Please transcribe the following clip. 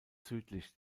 südlich